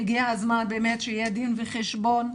הגיע הזמן באמת שיהיה דין וחשבון,